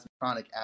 chronic